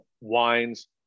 wines